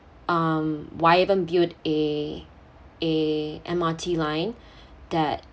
um why even build a a M_R_T line that